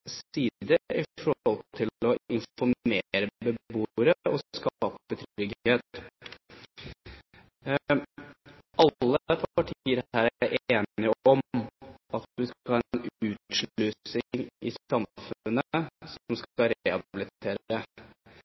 side når det gjelder å informere beboere og skape trygghet. Alle partier her er enige om at vi skal ha en utslusing i samfunnet som skal